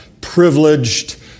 privileged